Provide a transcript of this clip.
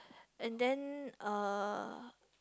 and then uh